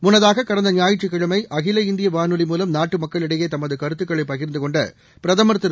முன்னதாக கடந்த ஞாயிற்றுக்கிழமை அகில இந்திய வானொலி மூலம் நாட்டு மக்களிடையே தமது கருத்துக்களை பகிர்ந்தகொண்ட பிரதமர் திரு